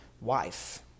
wife